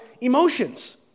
emotions